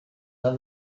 than